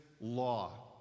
law